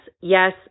yes